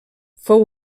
fou